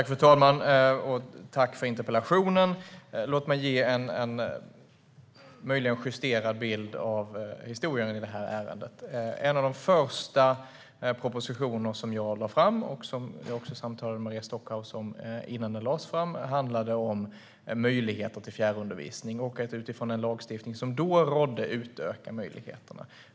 Fru talman! Jag tackar för interpellationen. Låt mig ge en möjligen justerad bild av historien i det här ärendet. En av de första propositioner som jag lade fram - jag samtalade också med Maria Stockhaus om den innan den lades fram - handlade om möjligheterna till fjärrundervisning och om att utifrån den lagstiftning som då rådde utöka möjligheterna.